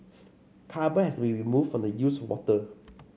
carbon has will be removed from the used water